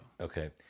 Okay